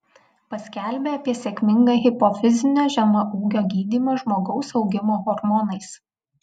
paskelbė apie sėkmingą hipofizinio žemaūgio gydymą žmogaus augimo hormonais